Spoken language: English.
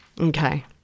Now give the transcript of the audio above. Okay